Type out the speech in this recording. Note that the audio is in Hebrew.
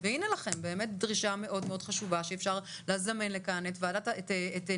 והנה לכם באמת דרישה מאוד מאוד חשובה שאפשר לזמן לכאן את נציגי